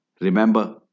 Remember